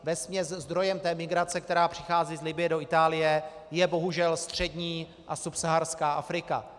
Vesměs zdrojem migrace, která přichází z Libye do Itálie, je bohužel střední a subsaharská Afrika.